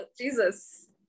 Jesus